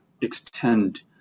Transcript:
extend